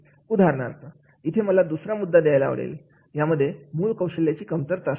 उदाहरणार्थ इथे मला दुसरा मुद्दा घ्यायला आवडेल ज्यामध्ये मूळ कौशल्यांची कमतरता असते